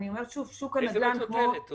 איזה מטוטלת?